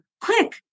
Quick